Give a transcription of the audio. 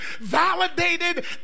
validated